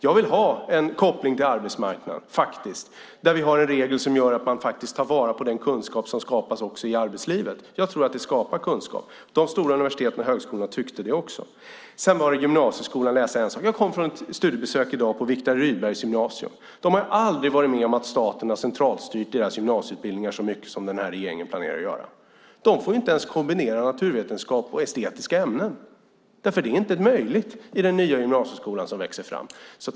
Jag vill ha en koppling till arbetsmarknaden där vi har en regel som gör att man faktiskt tar vara på den kunskap som skapas också i arbetslivet. Jag tror att det skapar kunskap. De stora universiteten och högskolorna tyckte det också. Sedan handlar det om gymnasieskolan. Jag har i dag varit på ett studiebesök på Viktor Rydbergs Gymnasium. De har aldrig varit med om att staten har centralstyrt deras gymnasieutbildningar så mycket som den här regeringen planerar att göra. De får inte ens kombinera naturvetenskap och estetiska ämnen därför att det inte är möjligt i den nya gymnasieskolan som växer fram.